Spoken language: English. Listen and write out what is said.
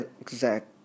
exact